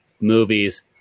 movies